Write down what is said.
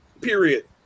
period